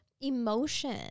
emotion